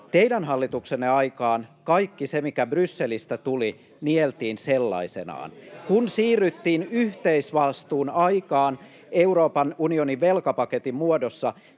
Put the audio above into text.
Teidän hallituksenne aikaan kaikki se, mikä Brysselistä tuli, nieltiin sellaisenaan. Kun siirryttiin yhteisvastuun aikaan Euroopan unionin velkapaketin muodossa,